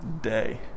day